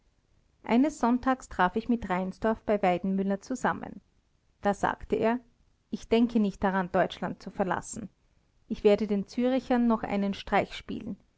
eines sonntags traf ich mit reinsdorf bei weidenmüller zusammen da sagte er ich denke nicht daran deutschland zu verlassen ich werde den zürichern noch einen streich spielen